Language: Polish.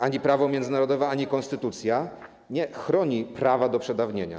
Ani prawo międzynarodowe, ani konstytucja nie chroni prawa do przedawnienia.